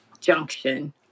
junction